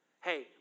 hey